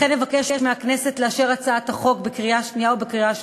לכן אבקש מהכנסת לאשר את הצעת החוק בקריאה השנייה ובקריאה השלישית.